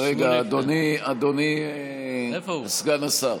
רגע, אדוני סגן השר.